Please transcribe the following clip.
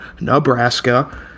Nebraska